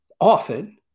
often